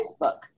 Facebook